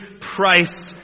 price